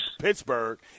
Pittsburgh